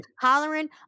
hollering